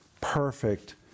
perfect